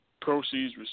proceeds